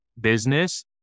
business